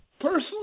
Personally